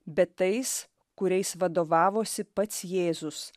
bet tais kuriais vadovavosi pats jėzus